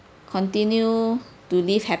continue to live